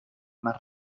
más